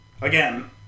again